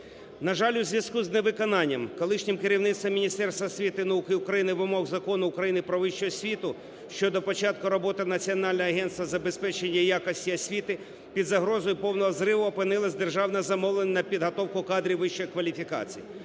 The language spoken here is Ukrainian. На жаль, у зв'язку з невиконанням колишнім керівництвом Міністерства освіти і науки України вимог Закону України "Про вищу освіту" щодо початку роботи Національного агентства забезпечення якості освіти під загрозою повного зриву опинилось державне замовлення на підготовку кадрів вищої кваліфікації.